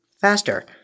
faster